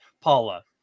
Paula